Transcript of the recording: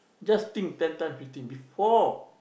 just think ten time fifteen before